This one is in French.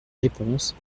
réponses